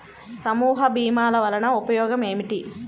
సమూహ భీమాల వలన ఉపయోగం ఏమిటీ?